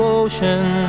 ocean